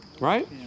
Right